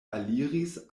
aliris